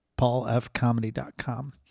paulfcomedy.com